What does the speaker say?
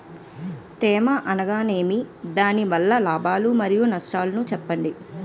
తేమ అనగానేమి? దాని వల్ల లాభాలు మరియు నష్టాలను చెప్పండి?